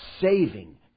saving